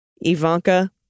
Ivanka